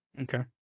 Okay